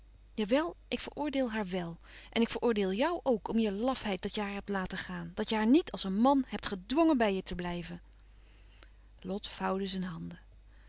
jawel ik veroordeel haar wel en ik veroordeel jou ook om je lafheid dat je haar hebt laten gaan dat je haar niet als een man hebt gedwngen bij je te blijven lot vouwde zijn handen